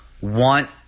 want